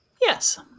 Yes